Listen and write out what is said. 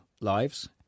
lives